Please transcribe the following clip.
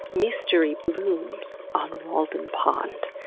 mystery blooms on walden pond.